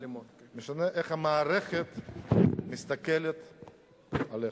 משנה איך המערכת מסתכלת עליך,